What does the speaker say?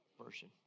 Version